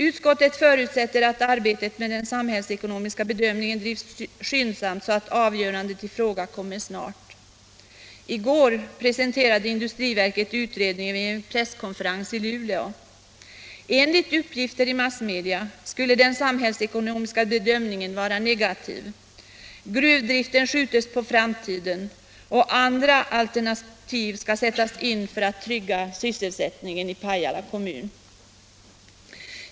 Utskottet förutsätter att arbetet med den samhällsekonomiska bedömningen bedrivs skyndsamt, så att avgörandet i frågan kan komma snart. I går presenterade industriverket utredningen vid en presskonferens i Luleå. Enligt uppgifter i massmedia skulle den samhällsekonomiska bedömningen vara negativ. Gruvdriften skjuts på framtiden och andra alternativ skall sättas in för att trygga sysselsättningen i Pajala kommun.